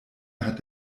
hat